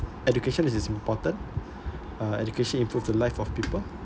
education is important uh education improves the life of people